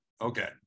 Okay